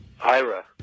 Ira